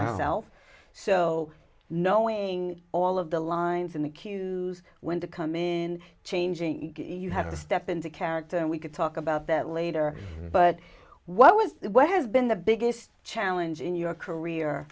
myself so knowing all of the lines in the queues when to come in changing you have to step into character and we could talk about that later but what was what has been the biggest challenge in your career